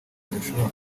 idashobora